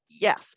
yes